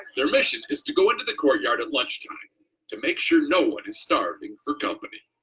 their mission is to go into the courtyard at lunchtime to make sure no one is starving for company.